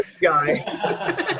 Guy